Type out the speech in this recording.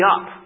up